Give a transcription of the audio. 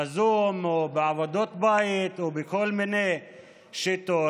בזום או בעבודות בית או בכל מיני שיטות.